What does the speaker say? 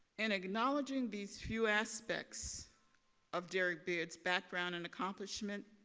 in acknowledging these few aspects of derrick beard's background and accomplishment,